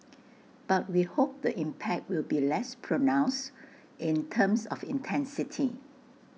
but we hope the impact will be less pronounced in terms of intensity